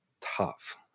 tough